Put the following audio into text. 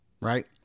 Right